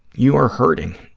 you are hurting.